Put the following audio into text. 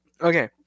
Okay